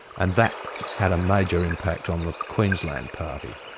and that had a major impact on the queensland party.